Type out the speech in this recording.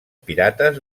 pirates